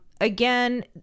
again